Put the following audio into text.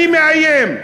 אני מאיים.